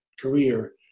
career